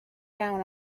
down